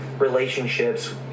relationships